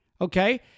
Okay